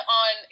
on